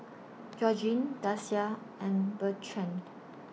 Georgine Dasia and Bertrand